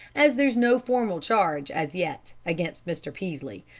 as there's no formal charge as yet against mr. peaslee,